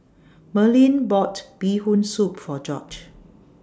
Merlyn bought Bee Hoon Soup For George